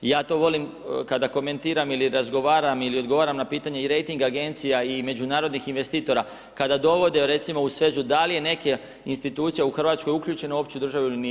I ja to volim kada komentiram ili razgovaram ili odgovaram na pitanje i rejting agencija i međunarodnih investitora, kada dovode recimo u svezu da li je neka institucija u Hrvatskoj uključena u opću državu ili nije.